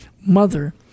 mother